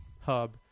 hub